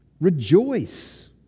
Rejoice